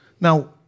Now